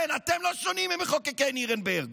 כן, אתם לא שונים ממחוקקי נירנברג.